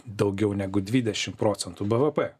daugiau negu dvidešim procentų bvp